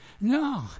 no